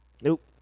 Nope